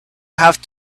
have